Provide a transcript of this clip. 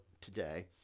today